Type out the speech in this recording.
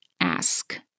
ask